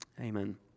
amen